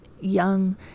young